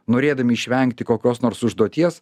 norėdami išvengti kokios nors užduoties